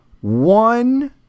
one